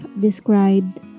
described